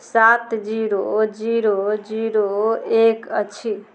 सात zero zero zero एक अछि